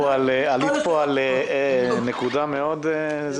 עלית פה על נקודה חשובה מאוד.